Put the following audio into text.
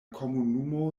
komunumo